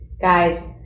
Guys